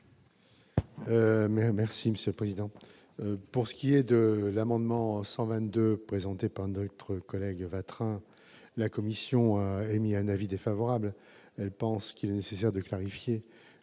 Monsieur le Président, pour ce qui est de l'amendement 122 présenté pendant entre collègues Vatrin la commission émis un avis défavorable, elle pense qu'il est nécessaire de clarifier